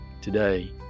today